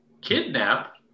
kidnap